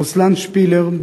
רוסלן שפילר,